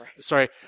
Sorry